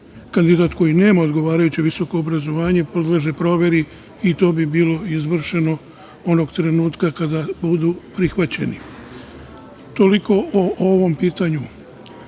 Kandidat koji nema odgovarajuće visoko obrazovanje podleže proveri i to bi bilo izvršeno onog trenutka kada budu prihvaćeni. Toliko o ovom pitanju. Da